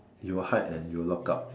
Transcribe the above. you will hide and you will lock up